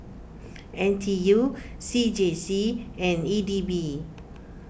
N T U C J C and E D B